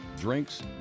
drinks